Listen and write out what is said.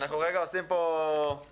אנחנו רגע עושים פה החלפה.